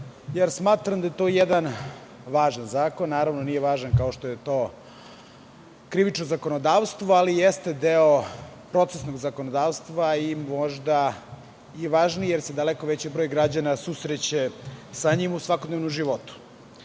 jer smatram da je to jedan važan zakon. Naravno, nije važan kao što je to krivično zakonodavstvo, ali jeste deo procesnog zakonodavstva i možda i važniji, jer se daleko veći broj građana susreće sa njim u svakodnevnom životu. Ono